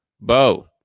Bo